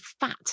fat